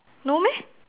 no meh